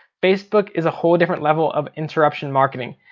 facebook is a whole different level of interruption marketing.